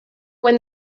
when